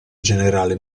generale